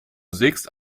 sägst